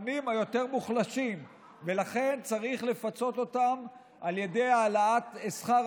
של נעליך מעל רגליך לפני שאתה מדבר על חברת הכנסת אורית סטרוק.